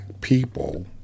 people